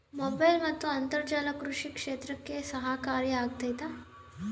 Mobile ಮತ್ತು ಅಂತರ್ಜಾಲ ಕೃಷಿ ಕ್ಷೇತ್ರಕ್ಕೆ ಸಹಕಾರಿ ಆಗ್ತೈತಾ?